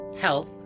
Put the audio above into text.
health